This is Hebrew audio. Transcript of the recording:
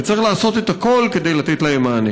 וצריך לעשות הכול כדי לתת להם מענה.